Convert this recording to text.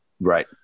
Right